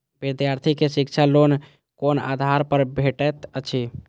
विधार्थी के शिक्षा लोन कोन आधार पर भेटेत अछि?